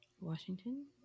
Washington